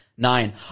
Nine